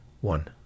One